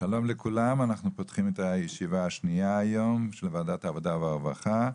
אנחנו פותחים את הישיבה השנייה היום של ועדת העבודה והרווחה,